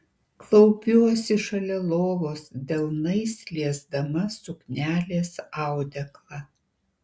klaupiuosi šalia lovos delnais liesdama suknelės audeklą